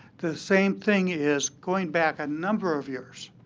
the same thing is, going back a number of years,